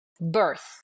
birth